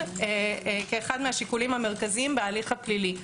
כאחד מהשיקולים המרכזיים בהליך הפלילי.